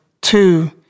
two